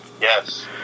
yes